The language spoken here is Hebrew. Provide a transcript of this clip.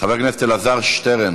חבר הכנסת אלעזר שטרן,